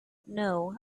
know